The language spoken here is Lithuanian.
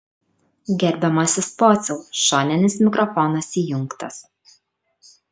gerbiamasis pociau šoninis mikrofonas įjungtas